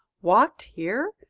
walked here?